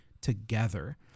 together